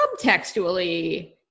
subtextually